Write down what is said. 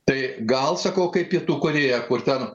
tai gal sakau kaip pietų korėja kur ten